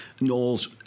Knowles